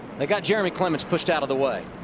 they got jeremy clements pushed out of the way.